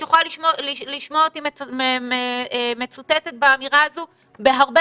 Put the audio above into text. את יכולה לשמוע אותי מצוטטת באמירה הזו בהרבה